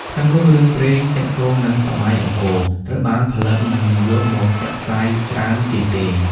ក្នុងនោះ រឿងព្រេងទាក់ទងនឹងសម័យអង្គរ ត្រូវបានផលិតនិងយកមកចាក់ផ្សាយច្រើនជាងគេ។